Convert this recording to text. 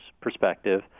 perspective